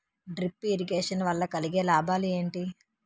Drip irrigation వల్ల కలిగే లాభాలు ఏంటి?